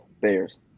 Bears